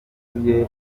wuzuye